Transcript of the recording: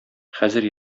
хәзер